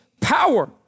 power